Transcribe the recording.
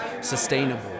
sustainable